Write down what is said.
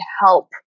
help